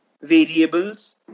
Variables